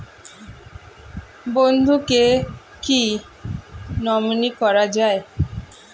বন্ধুকে কী নমিনি করা যায়?